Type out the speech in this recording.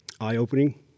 eye-opening